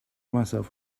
myself